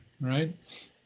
right